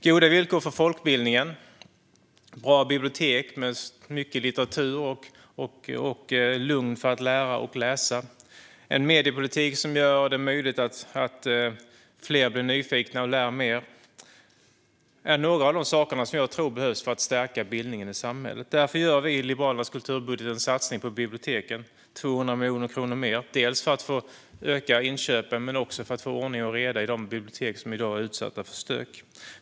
Goda villkor för folkbildning, bra bibliotek med mycket litteratur och lugn för att lära och läsa samt en mediepolitik som gör det möjligt för fler att bli nyfikna och lära mer är några av de saker som jag tror behövs för att stärka bildningen i samhället. Därför innehåller Liberalernas kulturbudget en satsning på biblioteken på 200 miljoner kronor mer, dels för att öka inköpen, dels för att få ordning och reda på de bibliotek som i dag är utsatta för stök.